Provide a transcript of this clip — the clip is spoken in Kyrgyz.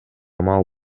мал